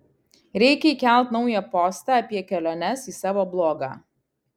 reikia įkelt naują postą apie keliones į savo blogą